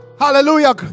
hallelujah